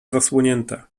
zasłonięte